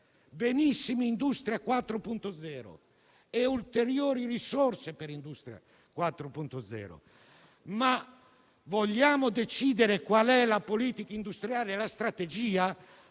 benissimo Industria 4.0 e le ulteriori risorse per Industria 4.0, ma vogliamo decidere qual è la politica industriale e la strategia?